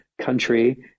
country